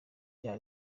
rya